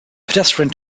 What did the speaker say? pedestrian